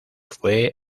fue